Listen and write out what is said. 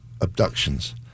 abductions